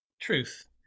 truth